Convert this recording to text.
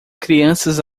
crianças